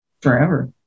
forever